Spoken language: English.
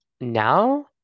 now